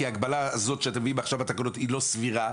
כי ההגבלה הזאת שאתם מביאים עכשיו בתקנות היא לא סבירה.